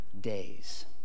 days